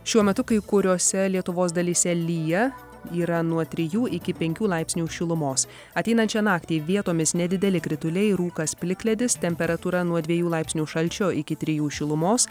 šiuo metu kai kuriose lietuvos dalyse lyja yra nuo trijų iki penkių laipsnių šilumos ateinančią naktį vietomis nedideli krituliai rūkas plikledis temperatūra nuo dviejų laipsnių šalčio iki trijų šilumos